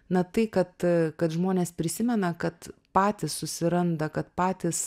na tai kad kad žmonės prisimena kad patys susiranda kad patys